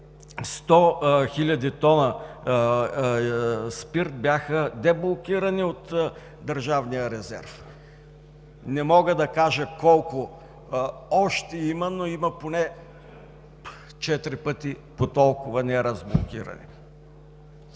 100 хил. тона спирт бяха деблокирани от държавния резерв. Не мога да кажа колко още има, но има поне четири пъти по толкова – неразблокирани.